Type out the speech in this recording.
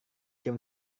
jam